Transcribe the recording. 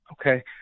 Okay